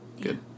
good